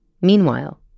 Meanwhile